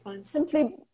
simply